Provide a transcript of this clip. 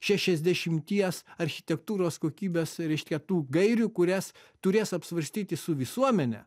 šešiasdešimties architektūros kokybės reiškia tų gairių kurias turės apsvarstyti su visuomene